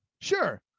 Sure